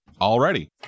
Already